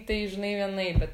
tai žinai vienaip bet